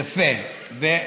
יפה.